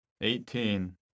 Eighteen